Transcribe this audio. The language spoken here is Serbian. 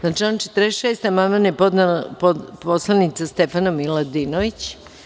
Na član 46. amandman je podnela narodna poslanica Stefana Miladinović.